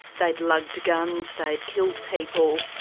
they'd lugged guns, they'd killed people.